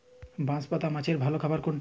বাঁশপাতা মাছের ভালো খাবার কোনটি?